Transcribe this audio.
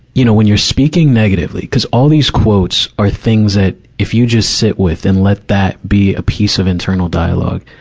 you know, when you're speaking negatively, cuz all these quotes are things that, if you just sit with and let that be a piece of internal dialogue,